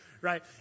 right